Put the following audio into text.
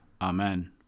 Amen